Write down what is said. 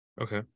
Okay